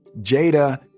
Jada